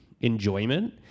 enjoyment